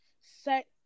set